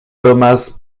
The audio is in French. thomas